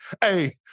Hey